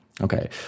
Okay